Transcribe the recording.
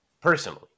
personally